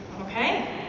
Okay